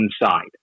inside